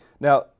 Now